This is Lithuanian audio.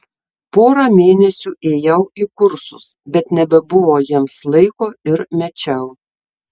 porą mėnesių ėjau į kursus bet nebebuvo jiems laiko ir mečiau